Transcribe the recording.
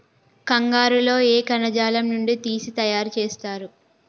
కంగారు లో ఏ కణజాలం నుండి తీసి తయారు చేస్తారు?